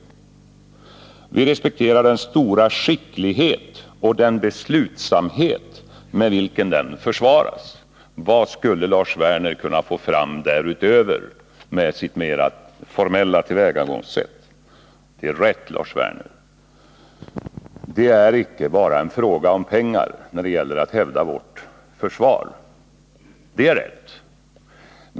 Vi respekterar den stora skicklighet och den beslutsamhet med vilken den försvaras. Vad skulle Lars Werner kunna få fram därutöver med sitt mer formella tillvägagångssätt? Det är rätt, Lars Werner, att det inte bara är fråga om pengar när det gäller att hävda vårt försvar.